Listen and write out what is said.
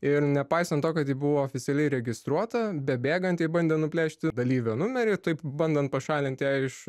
ir nepaisant to kad ji buvo oficialiai registruota bebėgant jai bandė nuplėšti dalyvio numerį taip bandant pašalint ją iš